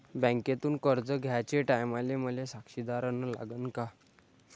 बँकेतून कर्ज घ्याचे टायमाले मले साक्षीदार अन लागन का?